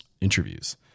interviews